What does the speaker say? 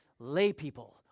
laypeople